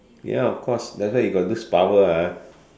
ya of course that's why you got those power ah